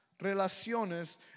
relaciones